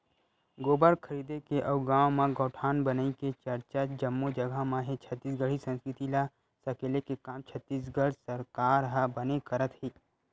गोबर खरीदे के अउ गाँव म गौठान बनई के चरचा जम्मो जगा म हे छत्तीसगढ़ी संस्कृति ल सकेले के काम छत्तीसगढ़ सरकार ह बने करत हे